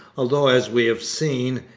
although, as we have seen,